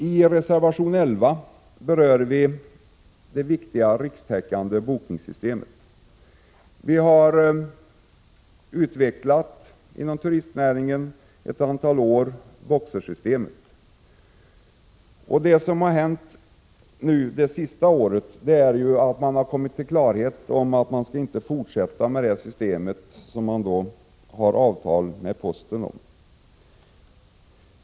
I reservation 11 berör vi det viktiga rikstäckande bokningssystemet. Inom turistnäringen har man ett antal år utvecklat BOKSER-systemet. Det som hänt under det senaste året är att man har kommit till klarhet om att man inte skall fortsätta med det systemet, som man har avtal med posten om.